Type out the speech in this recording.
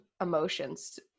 emotions